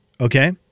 okay